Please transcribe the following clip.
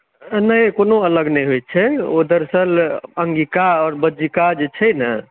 नहि कोनो अलग नहि होऊत छै ओ दरसल अङ्गिका आओर बज्जिका जे छै ने